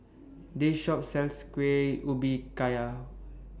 This Shop sells Kuih Ubi kayak